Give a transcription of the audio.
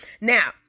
Now